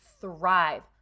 thrive